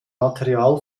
material